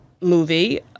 movie